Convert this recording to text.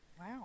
wow